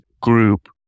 group